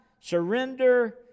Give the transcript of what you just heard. Surrender